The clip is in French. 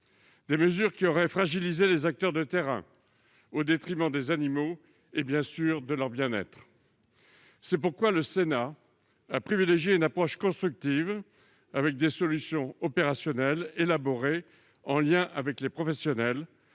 d'autres auraient fragilisé les acteurs de terrain, au détriment des animaux et, bien évidemment, de leur bien-être. C'est pourquoi le Sénat a privilégié une approche constructive, avec des solutions opérationnelles élaborées en lien avec les professionnels,